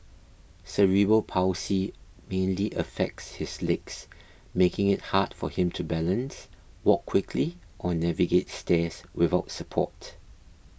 cerebral palsy mainly affects his legs making it hard for him to balance walk quickly or navigate stairs without support